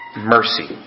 mercy